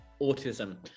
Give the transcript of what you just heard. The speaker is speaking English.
autism